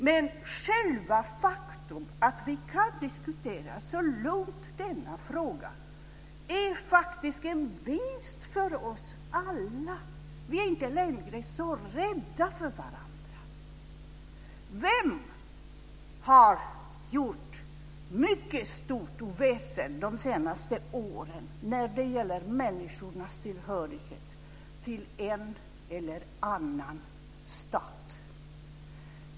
Men själva det faktum att vi så lugnt kan diskutera denna fråga är faktiskt en vinst för oss alla. Vi är inte längre så rädda för varandra. Vem har gjort mycket stort oväsen de senaste åren när det gäller människornas tillhörighet till en eller annan stat?